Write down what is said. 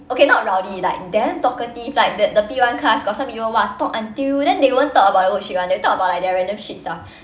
okay not like rowdy like damn talkative like the the P one class got some even !wah! talk until then they won't talk about the worksheet [one] they talk about like their random shit stuff